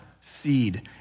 seed